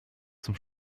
zum